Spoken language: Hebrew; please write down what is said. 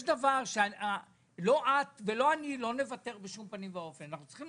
יש בו דבר שלא את ולא אני נוותר בשום פנים ואופן: אנחנו צריכים